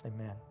amen